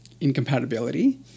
incompatibility